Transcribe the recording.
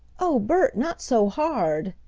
oh, bert, not so hard!